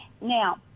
now